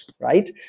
right